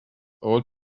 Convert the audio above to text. old